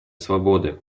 свободы